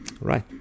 Right